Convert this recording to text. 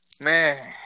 man